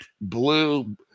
blue